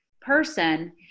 person